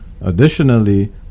Additionally